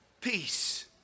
peace